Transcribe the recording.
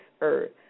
earth